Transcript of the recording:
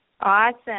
Awesome